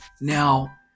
Now